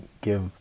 give